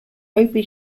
obi